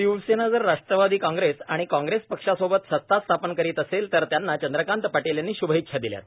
शिवसेना जर राष्ट्रवादी कॉग्रेस आणि कॉग्रेस पक्षासोबत सता स्थापन करीत असेल तर त्यांना चंद्रकांत पाटील यांनी श्भेच्छा दिल्यात